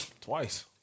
twice